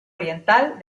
oriental